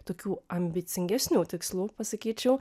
tokių ambicingesnių tikslų pasakyčiau